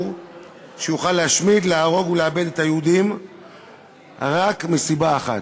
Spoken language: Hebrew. גברתי היושבת-ראש, מכובדי השר, חברי חברי הכנסת,